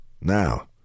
Now